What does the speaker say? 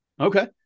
Okay